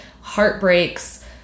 heartbreaks